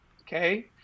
Okay